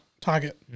target